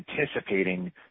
Anticipating